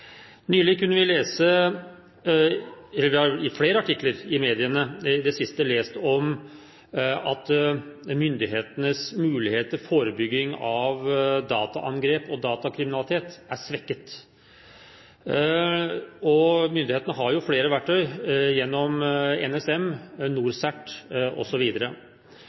Nylig kunne vi lese i flere artikler i mediene at myndighetenes mulighet for forebygging av dataangrep og datakriminalitet er svekket. Myndighetene har jo flere verktøy, gjennom NSM, NorCERT